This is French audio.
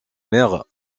mère